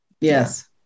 Yes